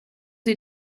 sie